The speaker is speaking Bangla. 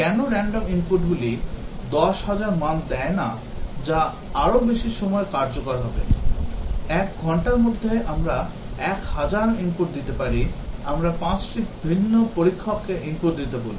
কেন random input গুলি 10000 মান দেয় না যা আরও বেশি সময় কার্যকর হবে এক ঘন্টার মধ্যে আমরা 1000 ইনপুট দিতে পারি আমরা 5 টি ভিন্ন পরীক্ষককে ইনপুট দিতে বলব